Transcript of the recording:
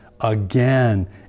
again